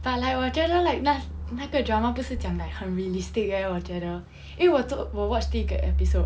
but like 我觉得 like 那那个 drama 不是讲 like 很 realistic eh 我觉的因为我我 watch 第一个 episode